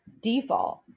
Default